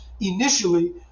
initially